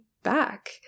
back